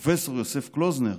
פרופ' יוסף קלוזנר